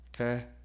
Okay